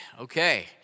okay